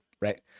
right